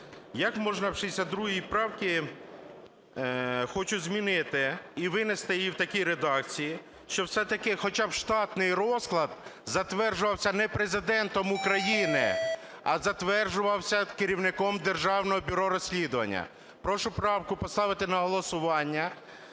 Як можна в 62 правці, хочуть змінити і винести її в такій редакції, що все-таки хоча б штатний розклад затверджувався не Президентом України, а затверджувався керівником Державного бюро розслідувань. Прошу правку поставити на голосування.